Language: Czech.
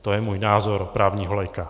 To je můj názor právního laika.